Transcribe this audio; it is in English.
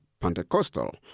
Pentecostal